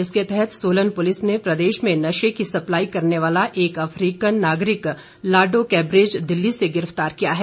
इसके तहत सोलन पुलिस ने प्रदेश में नशे की सप्लाई करने वाला एक अफ्रीकन नागरिक लाडोकैबरेज दिल्ली से गिरफ्तार किया है